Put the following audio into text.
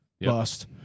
bust